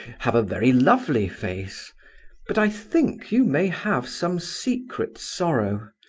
have a very lovely face but i think you may have some secret sorrow.